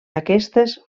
aquestes